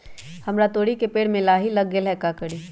हमरा तोरी के पेड़ में लाही लग गेल है का करी?